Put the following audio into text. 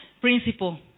principle